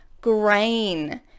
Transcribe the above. grain